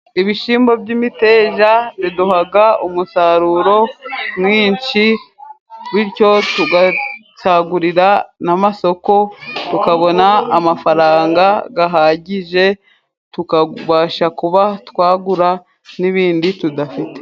Ibishimbo by'imiteja biduhaga umusaruro mwinshi, bityo tugatsagurira n'amasoko tukabona amafaranga gahagije, tukabasha kuba twagura n'ibindi tudafite.